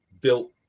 built